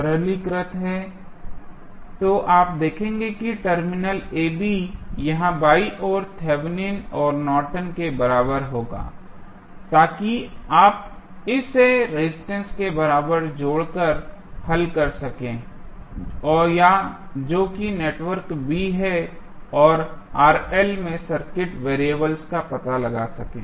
तो आप देखेंगे कि टर्मिनल AB यहां बाईं ओर थेवेनिन और नॉर्टन के बराबर होगा ताकि आप इसे रेजिस्टेंस के बराबर जोड़कर हल कर सकें या जो कि नेटवर्क B है और में सर्किट वेरिएबल्स का पता लगा सके